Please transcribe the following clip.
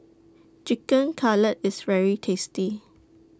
Chicken Cutlet IS very tasty